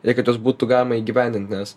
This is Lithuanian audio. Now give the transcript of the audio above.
jei kitus būtų galima įgyvendint nes